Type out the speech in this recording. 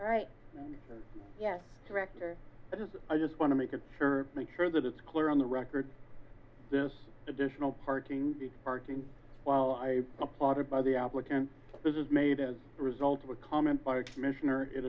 right yes director i just want to make sure make sure that it's clear on the record this additional parking parking while i applauded by the applicant this is made as a result of a comment by a commissioner it